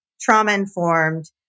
trauma-informed